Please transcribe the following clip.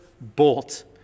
Bolt